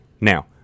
Now